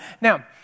Now